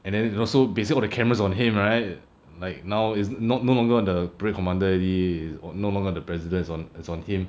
and then is also they still got the cameras on him right like now is not no longer on the parade commander already no longer on the president it's on it's on him